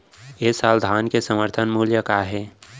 ए साल धान के समर्थन मूल्य का हे?